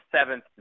seventh